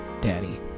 Daddy